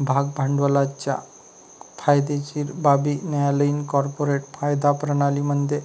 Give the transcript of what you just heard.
भाग भांडवलाच्या कायदेशीर बाबी न्यायालयीन कॉर्पोरेट कायदा प्रणाली मध्ये